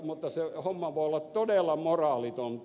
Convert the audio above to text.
mutta se homma voi olla todella moraalitonta